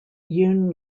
yuen